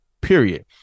period